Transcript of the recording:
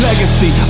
Legacy